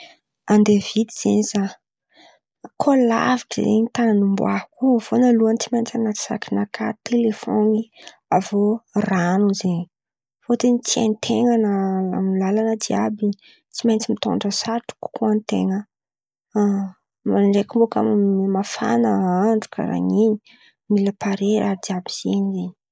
Andeha vity zen̈y zah koa lavitry zen̈y tan̈y ombako io, voalalohan̈y tsy maintsy an̈aty saky nakà telefony, avô ran̈o zen̈y fôtony tsy hain-ten̈a na raha amy lalan̈a jiàby in̈y. Tsy maintsy mitondra satroko an-ten̈a ndraiky bakà mafan̈a ny andra karà in̈y mila pare raha jiàby.